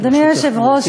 אדוני היושב-ראש,